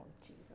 Jesus